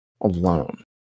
alone